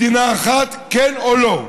מדינה אחת, כן או לא?